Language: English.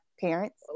parents